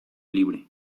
libre